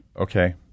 Okay